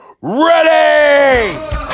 ready